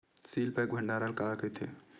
Seal pack भंडारण काला कइथे?